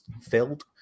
filled